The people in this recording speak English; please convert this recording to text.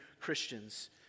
Christians